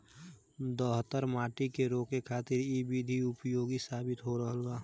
दहतर माटी के रोके खातिर इ विधि उपयोगी साबित हो रहल बा